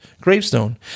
gravestone